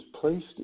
placed